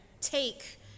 take